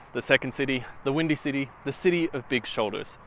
the second city, the windy city, the city of big shoulders.